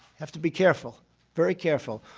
have to be careful very careful.